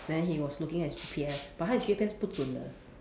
then he was looking at his G_P_S but 他的 G_P_S 不准的